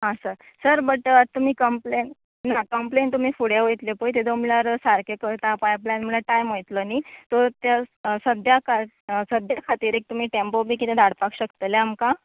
आं sir sir but तुमी complain ना कंम्प्लेन तुमी फुडें वयतली पळय तें जमल्यार सारकें करता पायपलायन म्हळ्यार टायम वयतलो न्ही सो ते सद्याक सद्द्या खातीर एक तुमी टॅंम्पो बी किदें धाडपाक शकतले आमकां